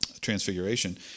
Transfiguration